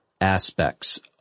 aspects